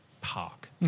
park